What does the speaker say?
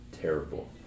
terrible